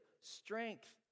strength